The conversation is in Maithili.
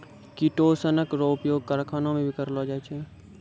किटोसनक रो उपयोग करखाना मे भी करलो जाय छै